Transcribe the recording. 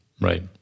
Right